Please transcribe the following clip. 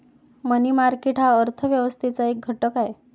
मनी market हा अर्थ व्यवस्थेचा एक घटक आहे